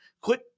quit